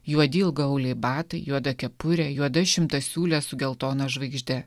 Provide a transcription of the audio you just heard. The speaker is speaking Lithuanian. juodi ilgaauliai batai juoda kepurė juoda šimtasiūlė su geltona žvaigžde